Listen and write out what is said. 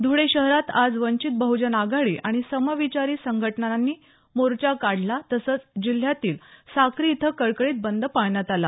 ध्रळे शहरात आज वंचित बहजन आघाडी आणि समविचारी संघटनांनी मोर्चा काढला तसंच जिल्ह्यातील साक्री इथं कडकडीत बंद पाळण्यात आला